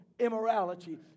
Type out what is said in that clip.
immorality